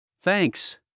Thanks